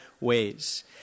ways